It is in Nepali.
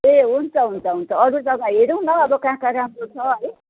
ए हुन्छ हुन्छ हुन्छ हुन्छ अरू जग्गा हेरौँ न अब कहाँ कहाँ राम्रो छ है